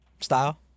style